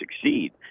succeed